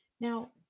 Now